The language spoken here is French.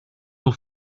n’en